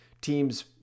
team's